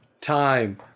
time